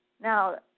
Now